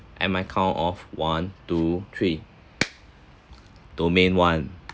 at my count of one two three domain one